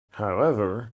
however